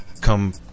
come